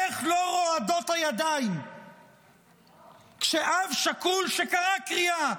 איך לא רועדות הידיים כשאב שכול שקרא קריאה,